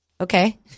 Okay